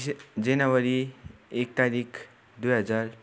जनवरी एक तारिक दुई हजार